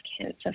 Cancer